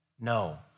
No